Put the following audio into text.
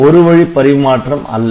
ஒரு வழி பரிமாற்றம் அல்ல